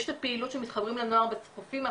יש פעילות של מתחרים לנוער, אנחנו